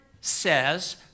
says